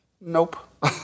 Nope